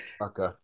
Okay